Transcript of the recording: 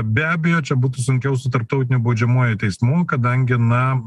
be abejo čia būtų sunkiau su tarptautiniu baudžiamuoju teismu kadangi na